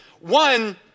One